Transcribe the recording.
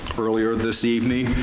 earlier this evening.